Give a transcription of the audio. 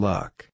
Luck